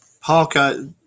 Parker